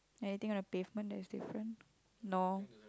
anything on the pavement that's different no